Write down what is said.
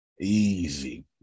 Easy